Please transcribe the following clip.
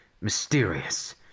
mysterious